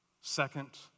Second